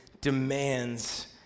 demands